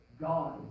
God